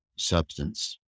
substance